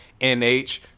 NH